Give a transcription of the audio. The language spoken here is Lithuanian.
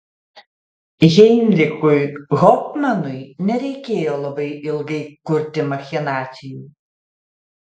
heinrichui hofmanui nereikėjo labai ilgai kurti machinacijų